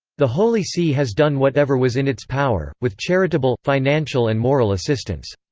the holy see has done whatever was in its power, with charitable, financial and moral assistance.